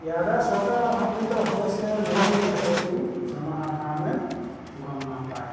ইয়াৰদ্বাৰা চৰকাৰ লাভাম্বিত হৈছে নহৈছে সেইটো জনসাধাৰণে গম নাপায়